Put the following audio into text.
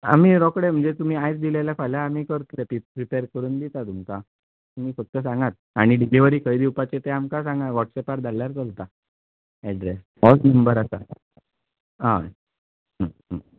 आमी रोकडें म्हणजे तुमी आयज दिले जाल्यार फाल्या आमी करतलें प्रिपेर करुन दितले तुमकां सांगात आनी डिलीवरी खंय दिवपाची ते आमकां सागांत वॉटस एपार धाडल्या चलतां एड्रेस होच नंबर आसा हय